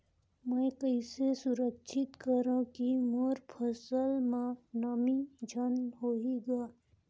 मैं कइसे सुरक्षित करो की मोर फसल म नमी झन होही ग?